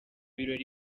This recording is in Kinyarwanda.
birori